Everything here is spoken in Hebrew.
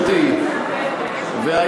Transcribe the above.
מעט 50 שנה?